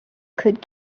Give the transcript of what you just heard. could